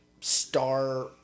star